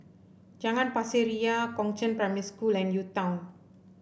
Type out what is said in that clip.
Jalan Pasir Ria Chongzheng Primary School and UTown